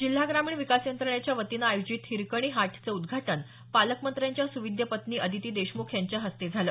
जिल्हा ग्रामीण विकास यंत्रणेच्या वतीनं आयोजित हिरकणी हाटचं उद्घाटन पालकमंत्र्यांच्या सुविद्य पत्नी अदिती देशमुख यांच्या हस्ते झालं